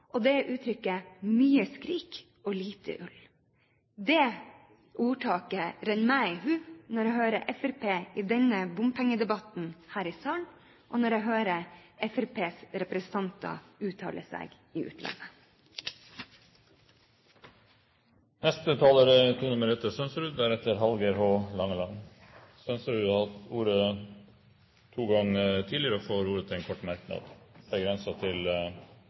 gammelt norsk uttrykk: mye skrik, lite ull. Det ordtaket rinner meg i hu når jeg hører Fremskrittspartiets representanter i denne bompengedebatten her i salen, og når jeg hører Fremskrittspartiets representant uttale seg i utlandet. Representanten Tone Merete Sønsterud har hatt ordet to ganger tidligere og får ordet til en kort merknad, begrenset til